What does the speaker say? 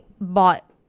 bought